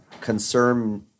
concern